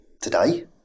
today